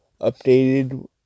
Updated